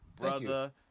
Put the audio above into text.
brother